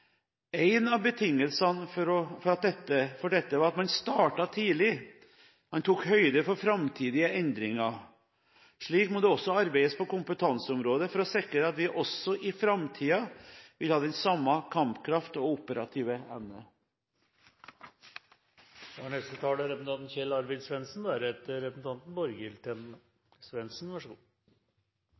en suksesshistorie. En av betingelsene for dette var at man startet tidlig, og man tok høyde for framtidige endringer. Slik må det også arbeides på kompetanseområdet for å sikre at vi også i framtiden vil ha den samme kampkraft og operative